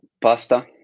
pasta